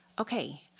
okay